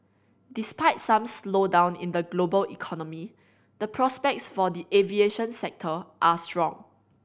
despite some slowdown in the global economy the prospects for the aviation sector are strong